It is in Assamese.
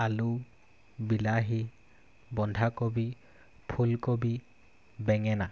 আলু বিলাহী বন্ধাকবি ফুলকবি বেঙেনা